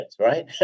right